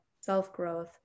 self-growth